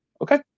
okay